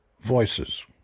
voices